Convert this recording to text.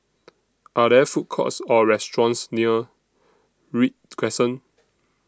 Are There Food Courts Or restaurants near Read Crescent